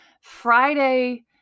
Friday